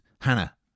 Hannah